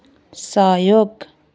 सहयोग